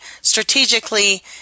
strategically